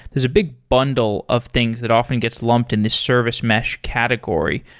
there's a big bundle of things that often gets lumped in this service mesh category.